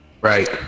Right